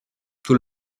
tout